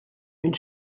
une